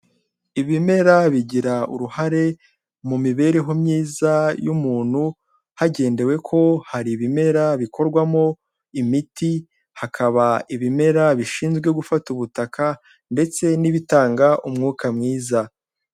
Ibimera bigira uruhare mu mibereho myiza y'umuntu, hagendewe ko hari ibimera bikorwamo imiti, hakaba ibimera bishinzwe gufata ubutaka ndetse n'ibitanga umwuka mwiza.